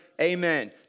Amen